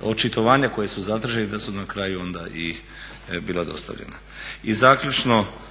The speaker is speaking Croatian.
očitovanja koja su zatražena da su na kraju onda i bila dostavljena. I zaključno